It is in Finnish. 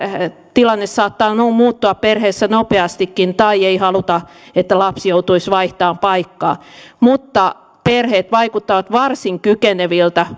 tilanne saattaa muuttua perheessä nopeastikin tai ei haluta että lapsi joutuisi vaihtamaan paikkaa mutta perheet vaikuttavat varsin kykeneviltä